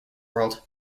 world